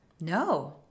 No